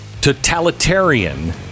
totalitarian